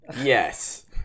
Yes